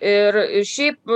ir ir šiaip